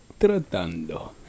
tratando